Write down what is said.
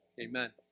Amen